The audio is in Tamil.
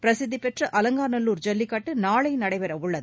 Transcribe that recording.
பிரசித்திப்பெற்ற அலங்காநல்லூர் ஜல்லிக்கட்டு நாளை நடைபெற உள்ளது